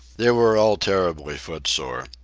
they were all terribly footsore.